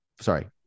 sorry